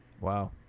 Wow